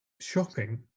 shopping